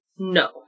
No